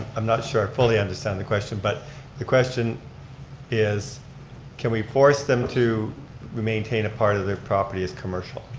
i'm not sure i fully understand the question but the question is can we force them to maintain a part of their property as commercial?